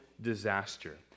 disaster